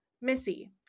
Missy